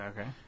Okay